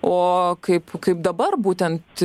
o kaip kaip dabar būtent